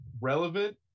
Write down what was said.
relevant